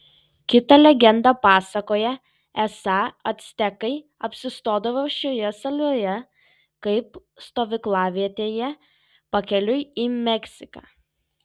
kita legenda pasakoja esą actekai apsistodavo šioje saloje kaip stovyklavietėje pakeliui į meksiką